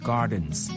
Gardens